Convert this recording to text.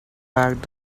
back